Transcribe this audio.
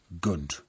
good